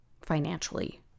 financially